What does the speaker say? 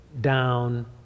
down